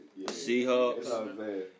Seahawks